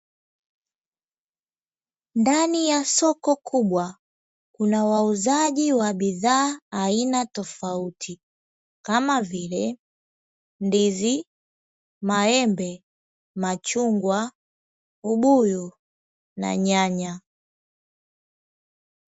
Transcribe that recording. Ndani ya soko kubwa kuna wauzaji wa bidhaa aina tofauti kama vile: ndizi, maembe, machungwa, ubuyu na nyanya.